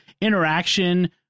interaction